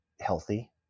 healthy